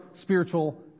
spiritual